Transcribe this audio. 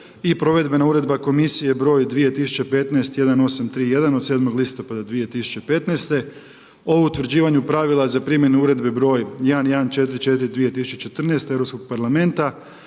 i provedbena Uredba komisije broj 2015/1831 od 7. listopada 2015. o utvrđivanju pravila za primjenu Uredbe broj 1144/2014